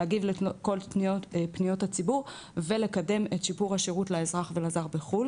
להגיב לכל פניות הציבור ולקדם את שיפור השירות לאזרח ולזר בחו"ל.